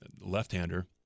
left-hander